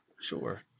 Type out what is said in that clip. sure